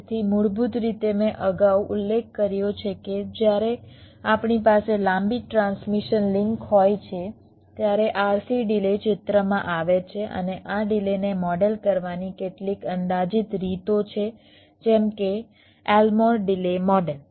તેથી મૂળભૂત રીતે મેં અગાઉ ઉલ્લેખ કર્યો છે કે જ્યારે આપણી પાસે લાંબી ટ્રાન્સમિશન લિંક હોય છે ત્યારે RC ડિલે ચિત્રમાં આવે છે અને આ ડિલેને મોડેલ કરવાની કેટલીક અંદાજિત રીતો છે જેમ કે એલ્મોર ડિલે મોડેલ